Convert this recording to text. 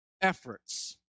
efforts